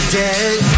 dead